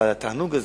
אבל התענוג הזה,